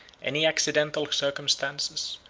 any accidental circumstances,